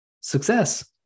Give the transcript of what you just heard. success